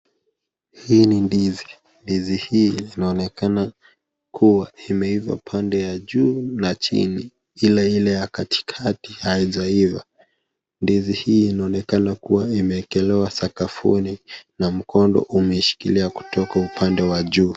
Hii ndizi, ndizi hii inaonekana kuwa imeiva pande ya juu na ya chini ile ya katikati haijaiva. Ndizi hii inaonekana kuwa imeekelewa sakafuni na mkono umeishikilia upande wa juu.